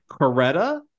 Coretta